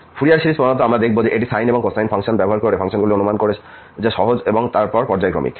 সুতরাং Fourier series প্রধানত আমরা দেখব যে এটি সাইন এবং কোসাইন ফাংশন ব্যবহার করে ফাংশনগুলি অনুমান করে যা সহজ এবং তারপর পর্যায়ক্রমিক